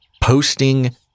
posting